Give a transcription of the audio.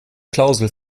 klausel